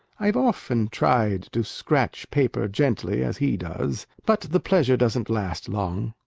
i've often tried to scratch paper gently, as he does, but the pleasure doesn't last long.